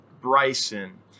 Bryson